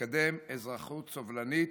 תקדם אזרחות סובלנית,